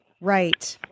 Right